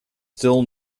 still